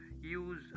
use